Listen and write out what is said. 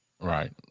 right